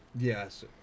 Yes